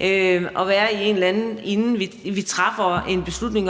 at have været et eller andet andet sted, inden vi træffer en beslutning om,